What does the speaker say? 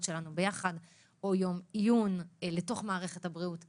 שלנו ביחד או יום עיון לתוך מערכת הבריאות.